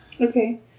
Okay